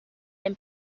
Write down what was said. and